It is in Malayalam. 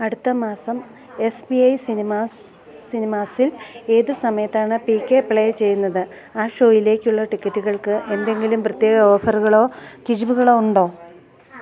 അടുത്ത മാസം എസ് പി ഐ സിനിമാസ് സിനിമാസിൽ ഏത് സമയത്താണ് പി കെ പ്ലേ ചെയ്യുന്നത് ആ ഷോയിലേക്കുള്ള ടിക്കറ്റുകൾക്ക് എന്തെങ്കിലും പ്രത്യേക ഓഫറുകളോ കിഴിവുകളോ ഉണ്ടോ